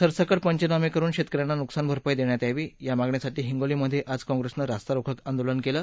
सरसकट पंचनामे करुन शेतक यांना नुकसान भरपाई देण्यात यावी या मागणीसाठी हिंगोलीमधे आज काँग्रेसनं रास्ता रोको आंदोलन केलं